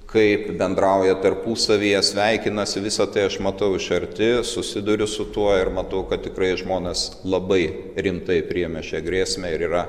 kaip bendrauja tarpusavyje sveikinasi visa tai aš matau iš arti susiduriu su tuo ir matau kad tikrai žmonės labai rimtai priėmė šią grėsmę ir yra